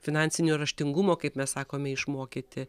finansinio raštingumo kaip mes sakome išmokyti